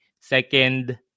Second